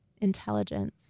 intelligence